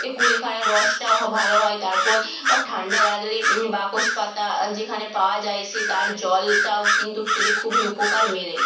এ কুলেখাড়ার রসটা হ ভালো হয় তারপর অর ঠান্ডা লাগলে বাসক পাতা যেখানে পাওয়া যায় সে তার জলটাও কিন্তু খেলে খুবই উপকার মেলে